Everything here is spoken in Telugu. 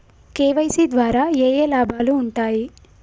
కే.వై.సీ ద్వారా ఏఏ లాభాలు ఉంటాయి?